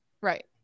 Right